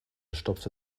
stopfte